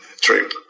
trip